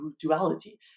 duality